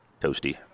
toasty